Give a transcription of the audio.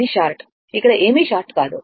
ఇది షార్ట్ ఇక్కడ ఏమీ షార్ట్ కాదు